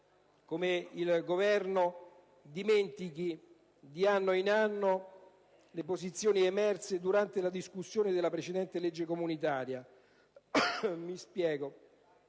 come il Governo dimentichi, di anno in anno, le posizioni emerse durante la discussione della precedente legge comunitaria.